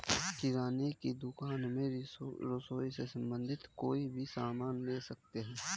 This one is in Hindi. किराने की दुकान में रसोई से संबंधित कोई भी सामान ले सकते हैं